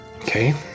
Okay